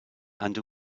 and